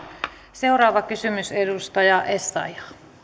seuraava kysymys edustaja essayah